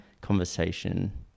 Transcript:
conversation